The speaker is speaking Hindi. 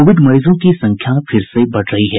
कोविड मरीजों की संख्या फिर से बढ़ रही है